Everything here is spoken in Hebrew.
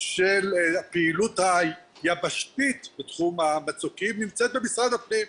של הפעילות היבשתית בתחום המצוקים נמצאת במשרד הפנים.